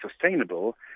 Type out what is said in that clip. sustainable